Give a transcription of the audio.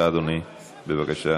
לא, אני פה.